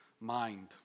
mind